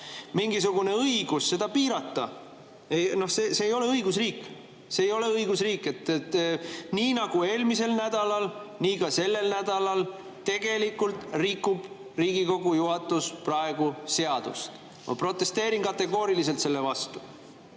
ei ole õigusriik. See ei ole õigusriik! Nii nagu eelmisel nädalal, nii ka sellel nädalal tegelikult rikub Riigikogu juhatus praegu seadust. Ma protesteerin kategooriliselt selle vastu.